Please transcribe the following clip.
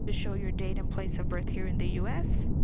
ah show your date and place of birth here in the u s.